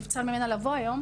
שנבצר ממנה לבוא היום.